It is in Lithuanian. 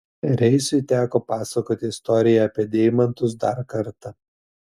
reisui teko pasakoti istoriją apie deimantus dar kartą